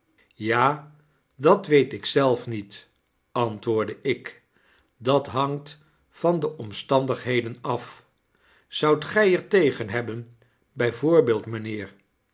ja dat weet ik zelf niet antwoordde ik dat hangt van de omstaudigheden af zoudt gij er tegen hebben bij voorbeeld mynheer